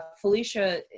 Felicia